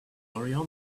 ariane